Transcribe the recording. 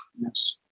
yes